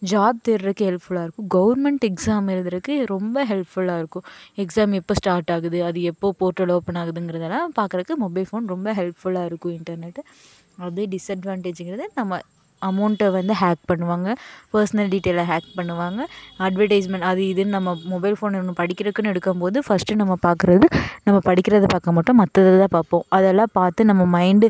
job தேடுறக்கு ஹெல்ப்ஃபுல்லாக இருக்கும் கவுர்மெண்ட் எக்ஸாம் எழுதுறக்கு இது ரொம்ப ஹெல்ப்ஃபுல்லாக இருக்கும் எக்ஸாம் எப்போ ஸ்டார்ட் ஆகுது அது எப்போது போர்ட்டல் ஓப்பன் ஆகுதுங்கிறதுலாம் பார்க்கறக்கு மொபைல் ஃபோன் ரொம்ப ஹெல்ப்ஃபுல்லாக இருக்கும் இன்டர்நெட்டு அதே டிஸ்அட்வான்டேஜ்ஜுங்கிறது நம்ம அமௌண்ட்டை வந்து ஹாக் பண்ணுவாங்க பர்ஸ்னல் டீட்டெயிலை ஹாக் பண்ணுவாங்க அட்வர்டைஸ்மெண்ட் அது இதுன்னு நம்ம மொபைல் ஃபோன் ஒன்று படிக்கிறதுக்குன்னு எடுக்கும் போது ஃபஸ்ட்டு நம்ம பார்க்குறது நம்ம படிக்கிறதை பார்க்க மாட்டோம் மற்றதுதான் பார்ப்போம் அதெல்லாம் பார்த்து நம்ம மைண்டு